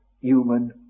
human